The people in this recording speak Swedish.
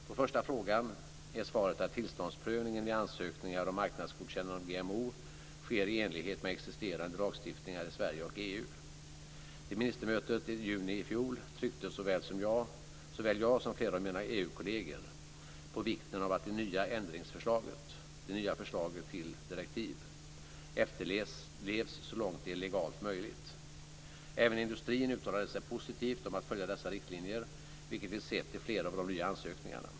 På första frågan är svaret att tillståndsprövningen vid ansökningar om marknadsgodkännande av GMO sker i enlighet med existerande lagstiftningar i Sverige och EU. Vid ministermötet i juni i fjol tryckte såväl jag som flera av mina EU-kolleger på vikten av att det nya förslaget till direktiv efterlevs så långt det är legalt möjligt. Även industrin uttalade sig positivt om att följa dessa riktlinjer, vilket vi sett i flera av de nya ansökningarna.